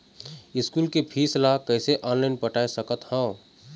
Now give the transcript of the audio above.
School के फीस ला कैसे ऑनलाइन पटाए सकत हव?